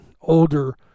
older